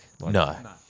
No